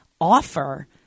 offer